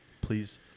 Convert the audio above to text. please